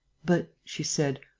but, she said,